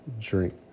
drink